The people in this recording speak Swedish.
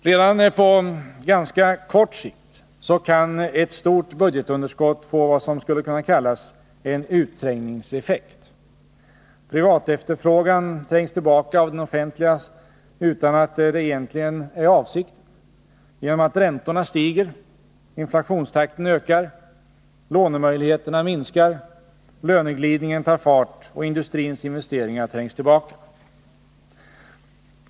Redan på ganska kort sikt kan ett stort budgetunderskott få vad som skulle kunna kallas en utträngningseffekt. Privat efterfrågan trängs tillbaka av den offentliga utan att det egentligen är avsikten genom att räntorna stiger, inflationstakten ökar, lånemöjligheterna minskar, löneglidningen tar fart och industrins investeringar trängs tillbaka.